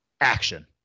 action